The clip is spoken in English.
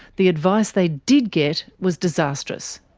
the advice they did get was disastrous.